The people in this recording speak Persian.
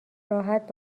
راحت